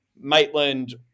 Maitland